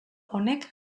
honek